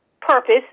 purpose